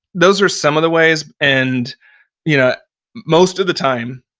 those are some of the ways. and you know most of the time,